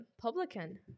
publican